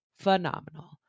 phenomenal